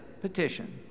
petition